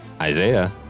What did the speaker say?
Isaiah